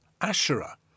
Asherah